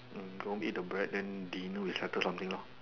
go home eat the bread then dinner we settle something lor